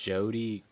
Jody